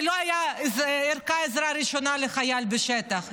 ולא הייתה ערכת עזרה ראשונה לחייל בשטח,